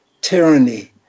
tyranny